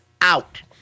out